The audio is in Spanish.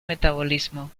metabolismo